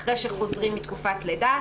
אחרי שחוזרים מתקופת לידה,